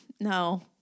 no